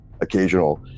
occasional